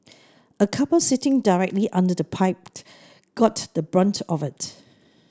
a couple sitting directly under the pipe got the brunt of it